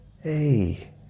Hey